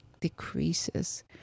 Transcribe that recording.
decreases